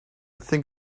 think